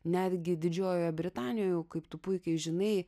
netgi didžiojoje britanijoj jau kaip tu puikiai žinai